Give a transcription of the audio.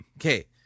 Okay